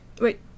Wait